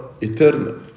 eternal